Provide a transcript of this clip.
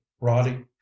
roddy